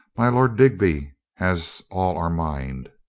my lord digby has all our mind.